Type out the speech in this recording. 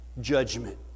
judgment